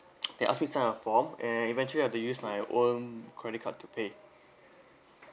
they ask me send a form and eventually I have to use my own credit card to pay